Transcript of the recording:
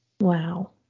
Wow